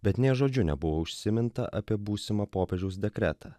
bet nė žodžiu nebuvo užsiminta apie būsimą popiežiaus dekretą